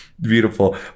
Beautiful